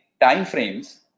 timeframes